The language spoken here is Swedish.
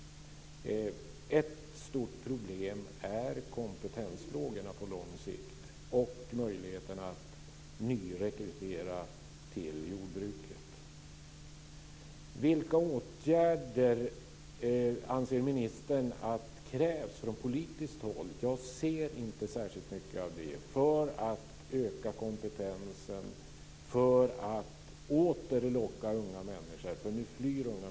Ett stort problem är kompetensfrågorna på lång sikt och möjligheten att nyrekrytera till jordbruket. Vilka åtgärder anser ministern krävs från politiskt håll - jag ser inte särskilt mycket av dem - för att öka kompetensen och för att åter locka unga människor till detta yrke?